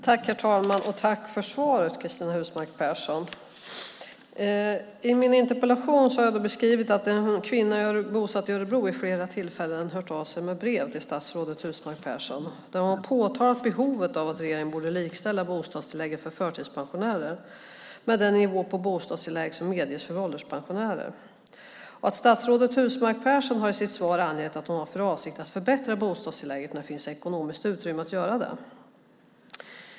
Herr talman! Jag tackar statsrådet för svaret. I min interpellation har jag beskrivit att en kvinna som är bosatt i Örebro vid flera tillfällen har hört av sig i brev till statsrådet Husmark Pehrsson där hon påtalat behovet av att regeringen likställer bostadstillägget för förtidspensionärer med den nivå på bostadstillägg som medges för ålderspensionärer. Statsrådet Husmark Pehrsson har i sitt svar angett att hon har för avsikt att förbättra bostadstillägget när det finns ekonomiskt utrymme att göra det.